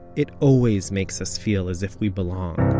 it always makes us feel as if we belong,